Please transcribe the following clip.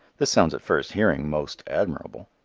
this sounds at first hearing most admirable.